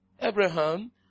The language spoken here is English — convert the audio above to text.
Abraham